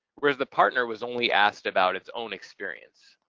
whereas the partner was only asked about its own experience.